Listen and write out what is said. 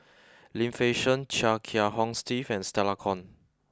Lim Fei Shen Chia Kiah Hong Steve and Stella Kon